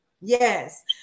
Yes